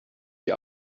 die